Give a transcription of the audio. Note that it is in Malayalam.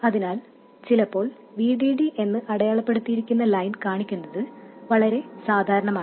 അതിനാൽ ചിലപ്പോൾ VDD എന്ന് അടയാളപ്പെടുത്തിയിരിക്കുന്ന ലൈൻ കാണിക്കുന്നത് വളരെ സാധാരണമാണ്